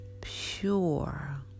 pure